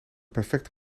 perfecte